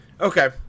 okay